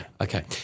Okay